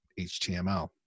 HTML